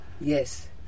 Yes